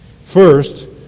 First